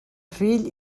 fill